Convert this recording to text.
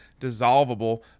dissolvable